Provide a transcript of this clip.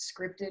scripted